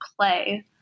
play